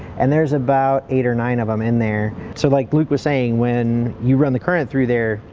and there's about eight or nine of them in there. so like luke was saying, when you run the current through there,